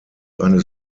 eines